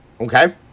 Okay